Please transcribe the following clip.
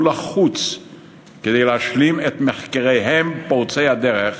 לחוץ כדי להשלים את מחקריהם פורצי הדרך